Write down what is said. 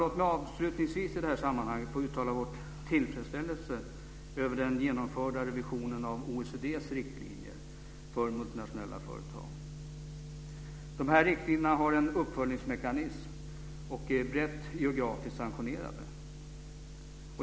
Låt mig avslutningsvis i det här sammanhanget få uttala vår tillfredsställelse över den genomförda revisionen av OECD:s riktlinjer för multinationella företag. De riktlinjerna har en uppföljningsmekanism och är brett geografiskt sanktionerade.